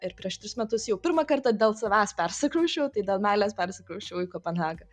ir prieš tris metus jau pirmą kartą dėl savęs persikrausčiau tai dėl meilės persikrausčiau į kopenhagą